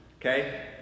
Okay